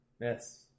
Yes